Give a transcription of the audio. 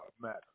matter